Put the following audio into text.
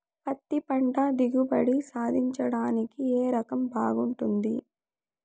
పత్తి పంట దిగుబడి సాధించడానికి ఏ రకం బాగుంటుంది?